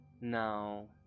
now